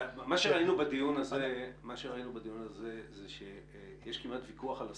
אבל מה שראינו בדיון הזה זה שיש כמעט ויכוח על השפה.